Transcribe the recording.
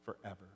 Forever